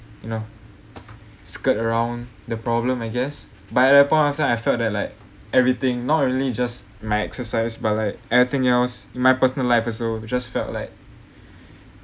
you know skirt around the problem I guess but at that point of time I felt that like everything not only just my exercise but like anything else my personal life also just felt like